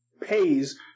pays